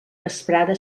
vesprada